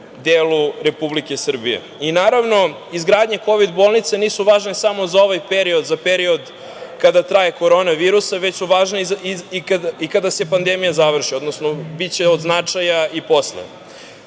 delu Republike Srbije. Naravno izgradnja kovid bolnica nisu važne samo za ovaj period, za period kada traje korona virus, već su važne i kada se pandemija završi, odnosno biće od značaja i posle. Važno